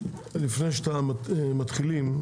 לפני שמתחילים,